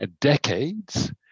decades